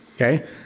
Okay